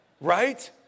Right